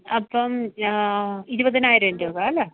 അപ്പം ഇരുപതിനായിരം രൂപ അല്ലേ